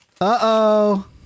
Uh-oh